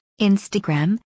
Instagram